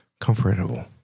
comfortable